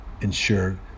ensure